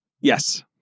yes